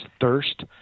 thirst